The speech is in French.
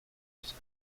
grises